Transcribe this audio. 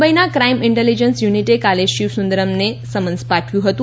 મુંબઇના crime intelligence યુનિટે કાલે શીવ સુંદરમને સમન્સ પાઠવ્યું હતું